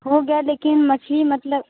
हो गया लेकिन मछली मतलब